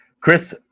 Chris